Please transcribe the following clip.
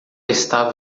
estava